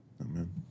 Amen